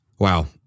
Wow